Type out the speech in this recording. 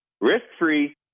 risk-free